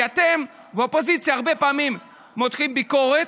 כי אתם באופוזיציה הרבה פעמים מותחים ביקורת,